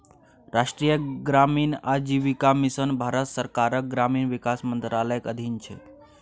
राष्ट्रीय ग्रामीण आजीविका मिशन भारत सरकारक ग्रामीण विकास मंत्रालयक अधीन छै